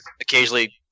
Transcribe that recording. occasionally